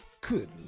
Good